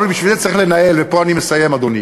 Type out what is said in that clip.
אבל בשביל זה צריך לנהל, ופה אני מסיים, אדוני.